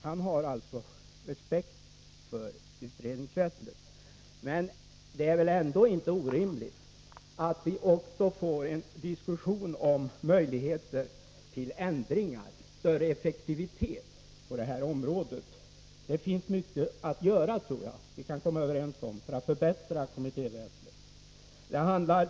Han har alltså respekt för utredningsväsendet. Men det är väl ändå inte orimligt att vi också får en diskussion om <Nr25 möjligheter till ändringar och större effektivitet på det här området. Jag tror Onsdagen den att det finns mycket som vi kan komma överens om att göra för att förbättra — 16 november 1983 kommittéväsendet.